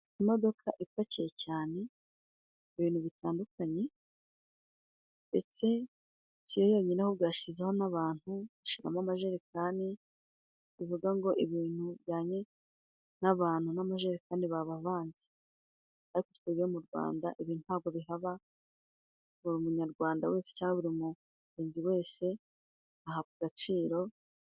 Imodoka ipakiye cyane ibintu bitandukanye, ndetse si yo yonyine ahubwo yashyizeho n'abantu, ishyiramo amajerekani, bivuga ngo ibintu bijyanye n'abantu n'amajerekani baba vanze, ariko twebwe mu rwanda ibi ntabwo bihaba, buri munyarwanda wese cyangwa buri mungezi wese ahabwa agaciro.